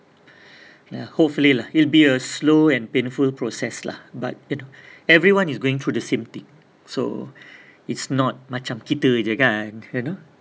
ya hopefully lah it'll be a slow and painful process lah but you know everyone is going through the same thing so it's not macam kita aje kan you know